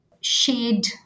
shade